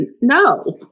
no